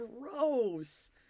gross